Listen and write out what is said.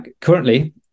currently